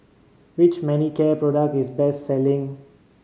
which Manicare product is the best selling